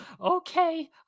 Okay